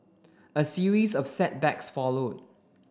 a series of setbacks followed